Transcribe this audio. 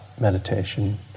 meditation